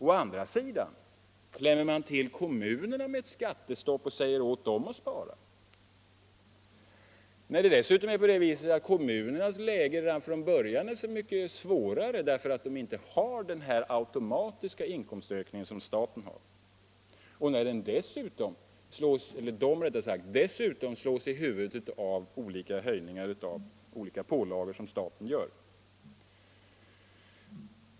Å andra sidan klämmer man till kommunerna med ett skattestopp och säger åt dem att spara — när deras läge redan från början är så mycket svårare därför att de inte har den här automatiska inkomstökningen som staten har och när de dessutom slås av olika pålagor från statens sida.